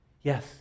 yes